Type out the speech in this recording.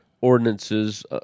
ordinances